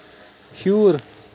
ہیوٗر